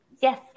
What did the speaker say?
Yes